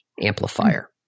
amplifier